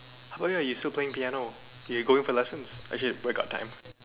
how about you you still playing piano you going for lessons actually where got time